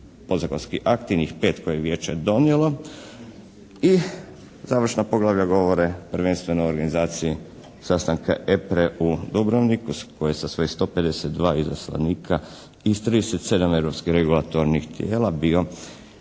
podzakonski akti, njih pet koje je vijeće donijelo i završna poglavlja govore prvenstveno o organizaciji sastanka EPRE u Dubrovniku koji sa svojih 152 izaslanika iz 37 europskih regulatornih tijela bio